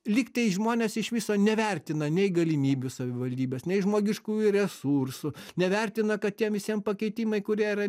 lygtais žmonės iš viso nevertina nei galimybių savivaldybės nei žmogiškųjų resursų nevertina kad tiem visiem pakeitimai kurie yra